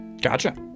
gotcha